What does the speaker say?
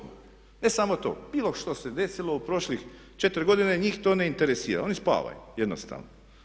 Ne samo to, bilo što se desilo u prošlih 4 godine njih to ne interesira, oni spavaju jednostavno.